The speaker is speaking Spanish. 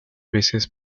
veces